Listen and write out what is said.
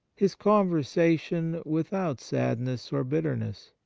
his conversation without sadness or bitterness.